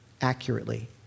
accurately